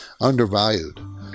undervalued